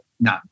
No